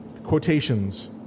Quotations